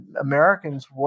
Americans